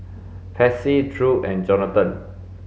Patsy Drew and Jonathon